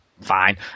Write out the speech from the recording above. fine